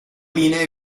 linee